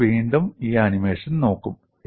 നമ്മൾ വീണ്ടും ഈ ആനിമേഷൻ നോക്കും